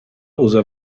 usa